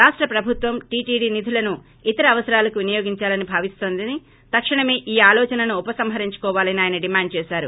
రాష్ట ప్రభుత్వం టీటీడీ నిధులను ఇతర అవసరాలకు వినియోగించాలని భావిస్తోందేని తక్షణమే ఈ ఆలోచనను ఉపసంహరించుకోవాలని ఆయన డిమాండ్ చేశారు